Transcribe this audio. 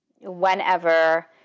Whenever